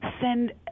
send